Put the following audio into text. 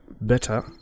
better